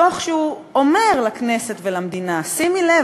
תוך שהוא אומר לכנסת ולמדינה: שימי לב,